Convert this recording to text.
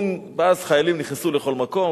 אז חיילים נכנסו לכל מקום.